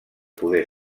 poder